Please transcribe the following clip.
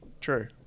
true